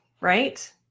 right